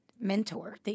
mentor